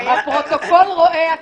אל תפריע לי.